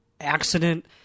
accident